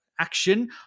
action